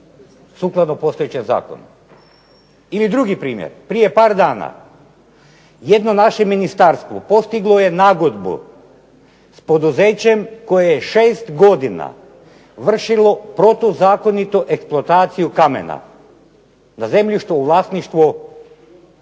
sukladno postojećem zakonu. Ili drugi primjer, prije par dana, jedno naše Ministarstvo postiglo je nagodbu s poduzećem koje je 6 godina vršilo nezakonito eksploataciju kamena, zemljište u vlasništvu